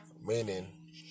Meaning